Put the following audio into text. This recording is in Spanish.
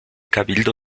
cabildo